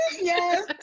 Yes